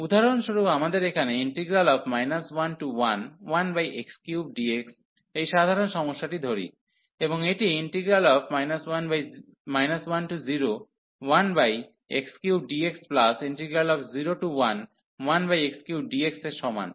উদাহরণস্বরূপ আমরা এখানে 111x3dx এই সাধারণ সমস্যাটি ধরি এবং এটি 101x3dx011x3dx এর সমান